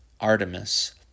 Artemis